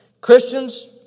Christians